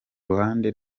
ruhande